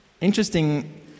Interesting